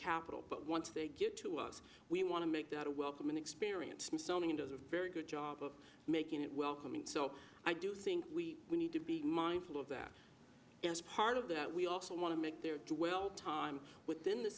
capitol but once they get to us we want to make that a welcoming experience as a very good job of making it welcoming so i do think we need to be mindful of that part of that we also want to make their dwell time within the